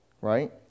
Right